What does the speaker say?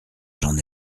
j’en